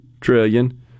trillion